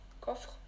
coffre